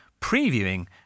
previewing